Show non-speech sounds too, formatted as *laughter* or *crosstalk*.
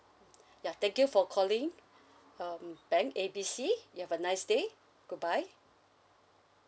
mm ya thank you for calling *breath* um bank A B C you have a nice day goodbye